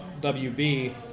WB